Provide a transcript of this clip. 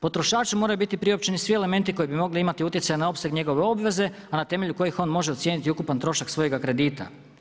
Potrošaču moraju biti priopćeni svi elementi koji bi mogli imati utjecaj na opseg njegove obveze, a na temelju kojih on može ocijeniti ukupan trošak svojega kredita.